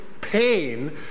pain